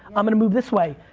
i'm gonna move this way.